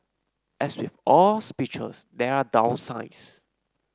as with all speeches there are downsides